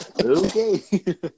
Okay